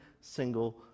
single